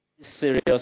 serious